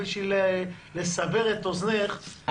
בשביל לסבר את אוזנך,